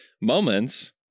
moments